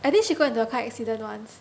I think she got into a car accident once